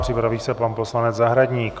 Připraví se pan poslanec Zahradník.